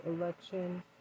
election